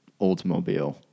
Oldsmobile